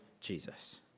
Jesus